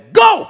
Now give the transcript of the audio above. go